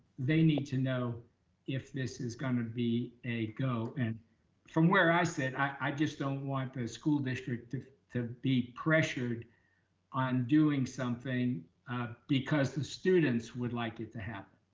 they need to know if this is gonna be a go. and from where i sit, i just don't want the school district to be pressured on doing something because the students would like it to happen.